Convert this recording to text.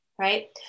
Right